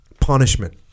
punishment